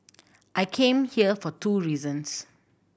I came here for two reasons